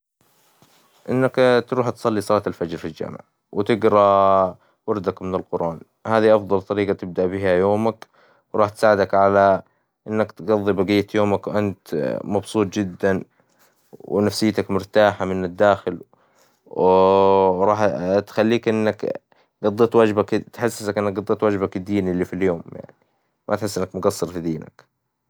إنك تروح تصلي صلاة الفجر في الجامع وتقرأ وردك من القرآن هذي أفظل طريقة تبدأ بها يومك وراح تساعدك على إنك تقظي بقية يومك وأنت مبسوط جداً ونفسيتك مرتاحة من الداخل و تخليك إنك تقظي واجبك تحسك إنك قظيت واجبك الديني في اليوم، ما تحس إنك مجصر في دينك.